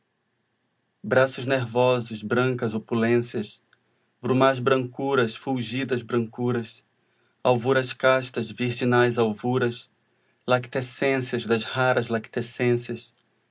braços nervosos brancas opulências brumais brancuras fulgidas brancuras alvuras castas virginais alvuras lactescências das raras lactescências